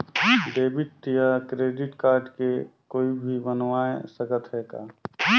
Debit या credit card के कोई भी बनवाय सकत है का?